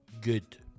good